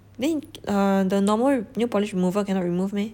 then err the normal new polish removal cannot remove meh